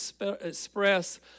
express